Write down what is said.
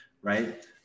right